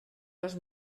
les